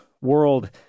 world